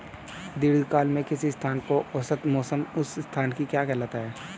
दीर्घकाल में किसी स्थान का औसत मौसम उस स्थान की क्या कहलाता है?